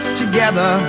together